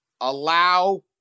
Allow